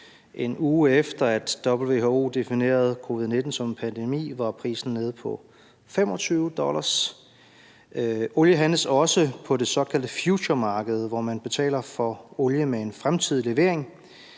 en uge efter at WHO definerede covid-19 som en pandemi, var prisen nede på 25 dollar. Olie handles også på det såkaldte futuremarked, hvor man betaler for olie til fremtidig levering.